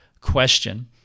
question